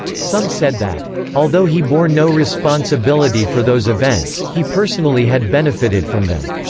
some said that, although he bore no responsibility for those events, he personally had benefited from them.